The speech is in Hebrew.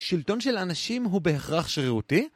שלטון של אנשים הוא בהכרח שרירותי?